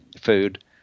food